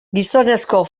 gizonezko